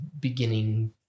beginning